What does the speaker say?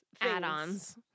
add-ons